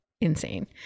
insane